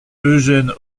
eugène